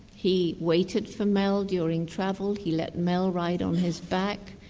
he waited for mel during travel, he let mel ride on his back,